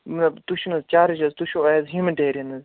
مطلب تُہۍ چھُو نہٕ حظ چارٕج حظ تُہۍ چھُو ایز ہیوٗمِٹیریَن حظ